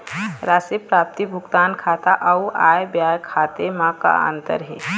राशि प्राप्ति भुगतान खाता अऊ आय व्यय खाते म का अंतर हे?